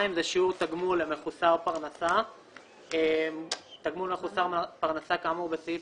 שיעור תגמול מחוסר פרנסה 2. תגמול מחוסר פרנסה כאמור בסעיף